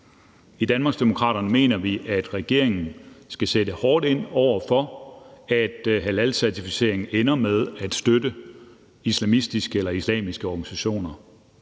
I Danmarksdemokraterne mener vi, at regeringen skal sætte hårdt ind over for, at halalcertificeringen ender med at støtte islamistiske eller islamiske organisationer,